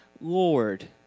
Lord